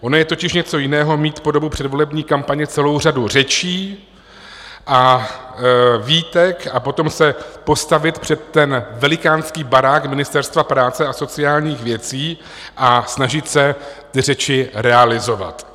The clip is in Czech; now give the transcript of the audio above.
Ono je totiž něco jiného mít po dobu předvolební kampaně celou řadu řečí a výtek a potom se postavit před ten velikánský barák Ministerstva práce a sociálních věcí a snažit se ty řeči realizovat.